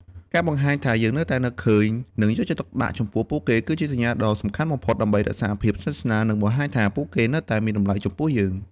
ការបង្ហាញថាយើងនៅតែនឹកឃើញ និងយកចិត្តទុកដាក់ចំពោះពួកគេ គឺជាសញ្ញាដ៏សំខាន់បំផុតដើម្បីរក្សាភាពស្និទ្ធស្នាល និងបង្ហាញថាពួកគេនៅតែមានតម្លៃចំពោះយើង។